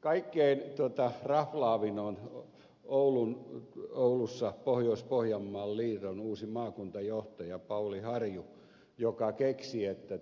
kaikkein raflaavin on oulussa pohjois pohjanmaan liiton uusi maakuntajohtaja pauli harju joka keksi että